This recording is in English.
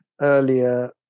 earlier